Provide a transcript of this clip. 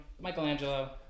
Michelangelo